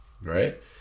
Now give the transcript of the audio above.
right